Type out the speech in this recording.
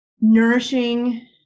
nourishing